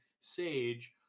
Sage